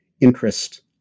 interest